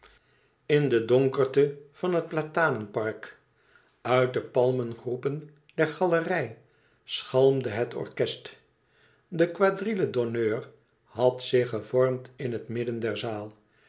in de donkerte van het platanenpark uit de palmengroepen der galerij schalmde het orkest de quadrille d'honneur had zich gevormd in het midden der zaal